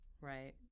right